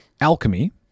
alchemy